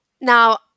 Now